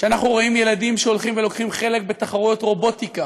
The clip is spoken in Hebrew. כשאנחנו רואים ילדים שהולכים ולוקחים חלק בתחרויות רובוטיקה,